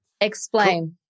Explain